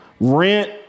rent